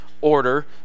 order